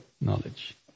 knowledge